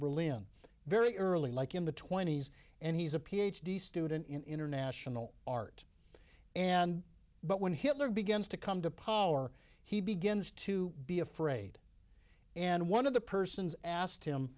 berlin very early like in the twenty's and he's a ph d student in international art and but when hitler begins to come to power he begins to be afraid and one of the persons asked him